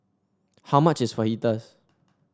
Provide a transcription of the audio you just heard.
how much is Fajitas